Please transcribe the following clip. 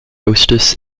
hostess